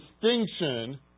distinction